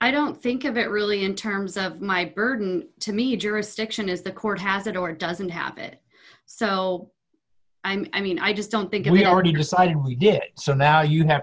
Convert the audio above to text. i don't think of it really in terms of my burden to me jurisdiction is the court has it or doesn't have it so i'm i mean i just don't think we already decided we did so now you have to